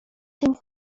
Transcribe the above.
tym